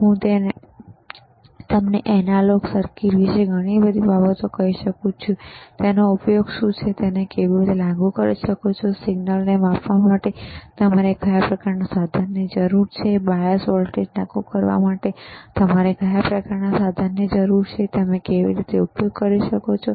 હું તમને analogue circuit વિશે ઘણી બધી બાબતો કહી શકું છું તેનો ઉપયોગ શું છે તમે તેને કેવી રીતે લાગુ કરી શકો છો સિગ્નલને માપવા માટે તમારે કયા પ્રકારનાં સાધનોની જરૂર છે બાયસ વોલ્ટેજ લાગુ કરવા માટે તમારે કયા પ્રકારનાં સાધનોની જરૂર છે તમે કેવી રીતે ઉપયોગ કરી શકો છો